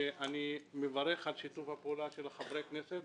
ואני מברך על שיתוף הפעולה של חברי הכנסת,